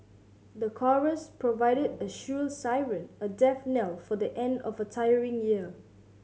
the chorus provided a shrill siren a death knell for the end of a tiring year